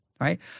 right